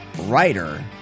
writer